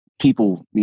people